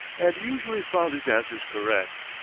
and usually found his answers correct.